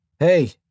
Hey